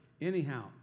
anyhow